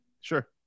Sure